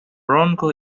bronco